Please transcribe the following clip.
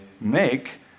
make